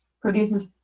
produces